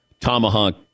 tomahawk